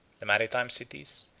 the maritime cities,